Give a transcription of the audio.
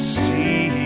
see